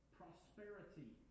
prosperity